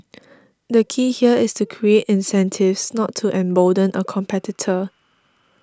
the key here is to create incentives not to embolden a competitor